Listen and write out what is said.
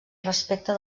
respecte